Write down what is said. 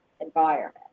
environment